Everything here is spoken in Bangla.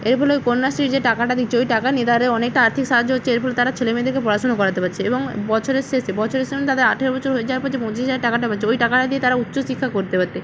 এর ফলে ওই কন্যাশ্রীর যে টাকাটা দিচ্ছে ওই টাকা নিয়ে তাদের অনেকটা আর্থিক সাহায্য হচ্ছে এর ফলে তারা ছেলেমেয়েদেরকে পড়াশুনো করাতে পারছে এবং বছরের শেষে বছরে তাদের আঠারো বছর হয়ে যাওয়ার পর যে পঁচিশ হাজার টাকাটা পাচ্ছে ওই টাকাটা দিয়ে তারা উচ্চশিক্ষা করতে পারতে